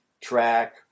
track